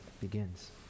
begins